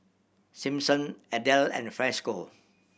Simpson Adel and Franco